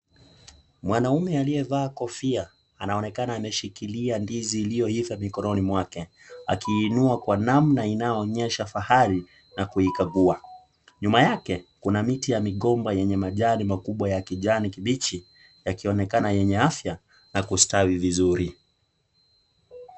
Mwanamume aliyevaa kofia anaonekana akishikilia ndizi iliyoiva mikononi mwake akiinua kwa namna inayoonyesha fahari na kuikagua. Nyuma yake kuna miti ya migomba yenye majani makubwa ya kijani kibichi yakionekana yenye afya na kustawi vizuri.